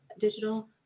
digital